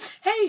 Hey